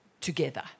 together